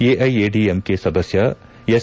ಎಐಎಡಿಎಂಕೆ ಸದಸ್ತ ಎಸ್